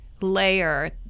layer